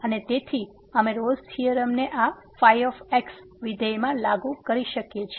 અને તેથી અમે રોલ્સRolle's થીયોરમને આ ϕ વિધેયમાં લાગુ કરી શકીએ છીએ